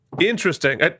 Interesting